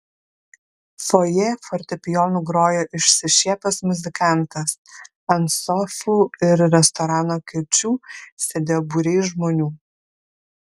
fojė fortepijonu grojo išsišiepęs muzikantas ant sofų ir restorano kėdžių sėdėjo būriai žmonių